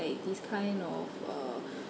like this kind of err